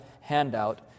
handout